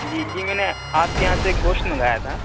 جی جی میں نے آپ کے یہاں سے گوشت منگایا تھا